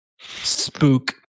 Spook